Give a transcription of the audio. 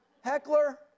Heckler